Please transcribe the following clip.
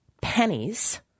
pennies